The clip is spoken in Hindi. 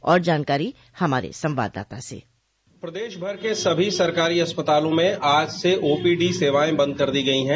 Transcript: और जानकारी हमारे संवाददाता से प्रदेश भर के सभी सरकारी अस्पतालों में आज से ओपीडी सेवाएं बंद कर दी गई है